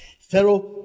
Pharaoh